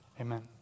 Amen